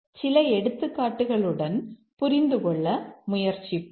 சில எடுத்துக்காட்டுகளுடன் புரிந்துகொள்ள முயற்சிப்போம்